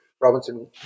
Robinson